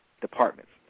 departments